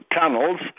tunnels